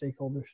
stakeholders